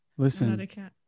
Listen